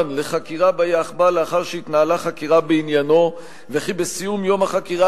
לחקירה ביאחב"ל לאחר שהתנהלה חקירה בעניינו וכי בסיום יום החקירה